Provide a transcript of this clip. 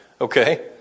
okay